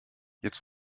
jetzt